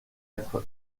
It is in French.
être